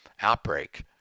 outbreak